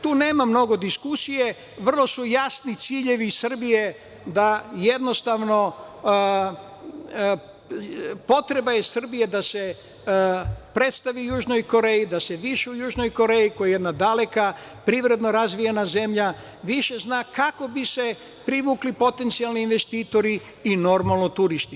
Tu nema mnogo diskusije, vrlo su jasni ciljevi Srbije da je potreba Srbije da se predstavi Južnoj Koreji, da se više u Južnoj Koreji koja je jedna daleka privredno razvijena zemlja, više zna kako bi se privukli potencijalni investitori i normalno turisti.